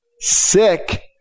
sick